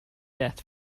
death